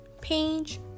Page